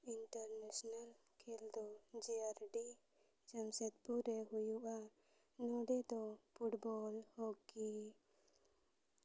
international ᱠᱷᱮᱞ ᱫᱚ J R D Jamshedpur ᱨᱮ ᱦᱩᱭᱩᱜᱼᱟ ᱱᱚᱰᱮ ᱫᱚ ᱯᱷᱩᱴᱵᱚᱞ ᱦᱚᱸᱠᱤ